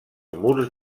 murs